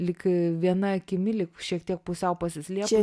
lyg viena akimi lyg šiek tiek pusiau pasislėpus